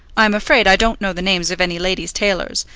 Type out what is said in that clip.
i am afraid i don't know the names of any ladies' tailors,